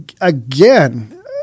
again